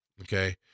okay